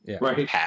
Right